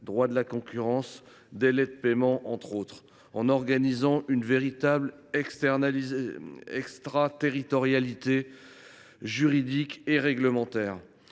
droit de la concurrence et de délais de paiement notamment, en organisant une véritable extraterritorialité juridique et réglementaire.